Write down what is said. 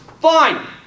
Fine